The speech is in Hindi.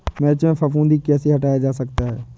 मिर्च में फफूंदी कैसे हटाया जा सकता है?